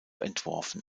entworfen